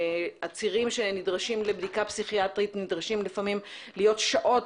עצירים שנדרשים לבדיקה פסיכיאטרית נדרשים לפעמים להיות שעות,